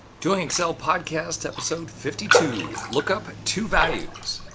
deulling excel podcast, episode fifty two. look up two values.